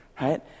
right